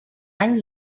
any